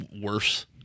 worse